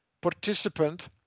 participant